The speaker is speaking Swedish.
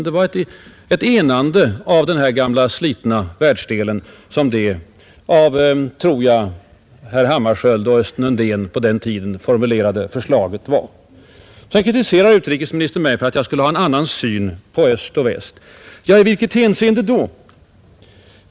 Det troligen av Dag Hammarskjöld och Östen Undén på den tiden formulerade förslaget syftade i stället till ett enande av denna gamla slitna världsdel. Sedan kritiserar utrikesministern mig för att jag skulle ha en avvikande syn på förhållandet mellan öst och väst. I vilket hänseende då?